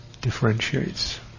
differentiates